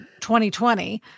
2020